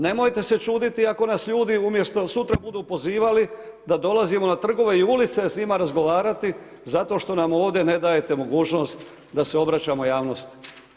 Nemojte se čuditi ako nas ljudi umjesto sutra budu pozivali da dolazimo na trgove i ulice s njima razgovarati, zato što nam ovdje ne dajete mogućnost da se obraćamo javnosti.